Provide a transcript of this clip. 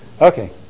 Okay